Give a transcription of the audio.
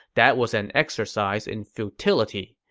that was an exercise in futility.